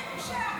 אין בושה.